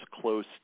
close